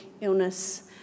illness